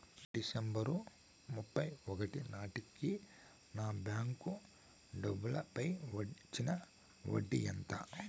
December ముప్పై ఒకటి నాటేకి నా బ్యాంకు డబ్బుల పై వచ్చిన వడ్డీ ఎంత?